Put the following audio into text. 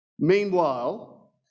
Meanwhile